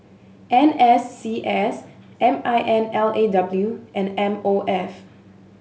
N S C S M I N L A W and M O F